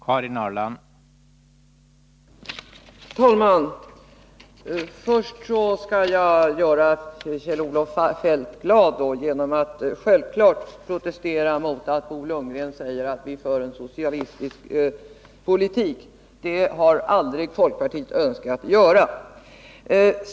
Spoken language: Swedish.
Herr talman! Först skall jag göra Kjell-Olof Feldt glad genom att protestera mot att Bo Lundgren säger att vi för en socialistisk politik. Det har aldrig folkpartiet önskat göra.